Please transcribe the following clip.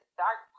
dark